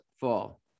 fall